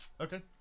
Okay